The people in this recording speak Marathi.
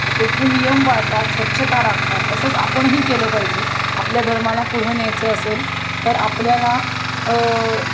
तिथले नियम पाळतात स्वच्छता राखतात तसंच आपणही केलं पाहिजे आपल्या धर्माला पुढं न्यायचं असेल तर आपल्याला